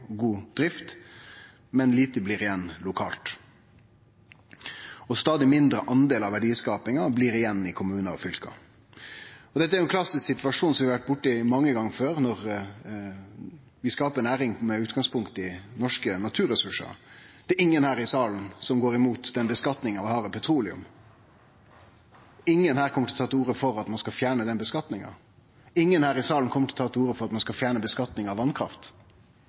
god drift, men lite blir igjen lokalt. Ein stadig mindre del av verdiskapinga blir igjen i kommunar og fylke. Dette er ein klassisk situasjon, som vi har vore borti mange gongar før når vi skaper ei næring med utgangspunkt i norske naturressursar. Det er ingen her i salen som går imot skattlegginga av petroleum. Ingen her kjem til å ta til orde for at ein skal fjerne den skattlegginga. Ingen her i salen kjem til å ta til orde for at ein skal fjerne skattlegginga av